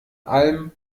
allem